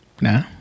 Nah